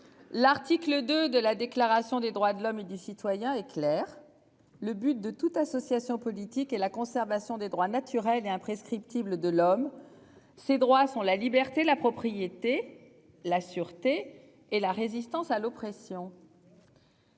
L'article 2 de la déclaration des droits de l'homme et du citoyen est clair. Le but de toute association politique est la conservation des droits naturels et imprescriptibles de l'homme. Ces droits sont la liberté, la propriété la sûreté et la résistance à l'oppression.